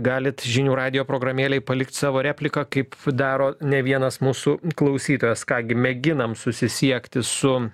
galit žinių radijo programėlėj palikt savo repliką kaip daro ne vienas mūsų klausytojas ką gi mėginam susisiekti su